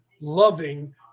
loving